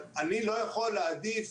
אבל אני לא יכול להעדיף